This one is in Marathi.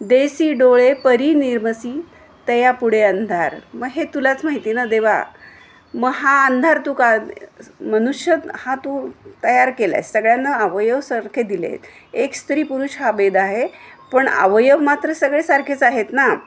देसी डोळे परी निर्मिसी तया पुढे अंधार मग हे तुलाच माहिती ना देवा मग हा अंधार तू का मनुष्य हा तू तयार केला आहेस सगळ्यांना अवयव सारखे दिले आहेत एक स्त्री पुरुष हा भेद आहे पण अवयव मात्र सगळे सारखेच आहेत ना